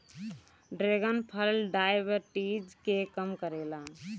dragon फल diabetes के कम करेला